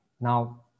Now